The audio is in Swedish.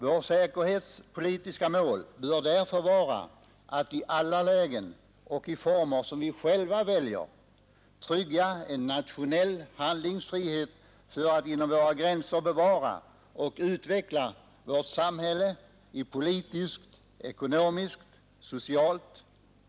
Vårt säkerhetspolitiska mål bör därför vara att i alla lägen och i former som vi själva väljer trygga en nationell handlingsfrihet för att inom våra gränser bevara och utveckla vårt samhälle i politiskt, ekonomiskt, socialt.